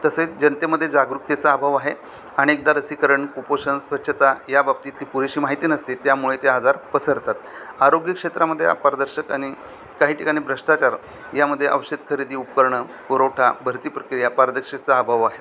तसेच जनतेमध्ये जागरूकतेचा अभाव आहे आणि एकदा लसीकरण कुपोषण स्वच्छता या बाबतीतली पुरेशी माहिती नसते त्यामुळे त्या आजार पसरतात आरोग्यक्षेत्रामध्ये पारदर्शक आणि काही ठिकाणी भ्रष्टाचार यामध्ये औषध खरेदी उपकरणं पुरवठा भरती प्रक्रिया पारदर्शकतेचा अभाव आहे